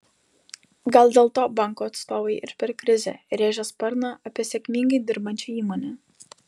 gal dėl to bankų atstovai ir per krizę rėžia sparną apie sėkmingai dirbančią įmonę